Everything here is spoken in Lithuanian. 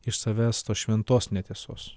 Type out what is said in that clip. iš savęs tos šventos netiesos